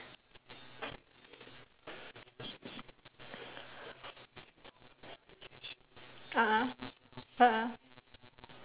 a'ah a'ah